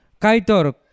Kaitor